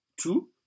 two